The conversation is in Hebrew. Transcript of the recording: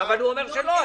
אבל הוא אומר שלא.